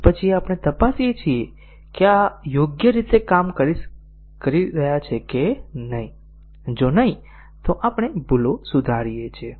અને પછી આપણે તપાસીએ છીએ કે આ યોગ્ય રીતે કામ કરી રહ્યા છે કે નહીં જો નહિં તો આપણે ભૂલો સુધારીએ છીએ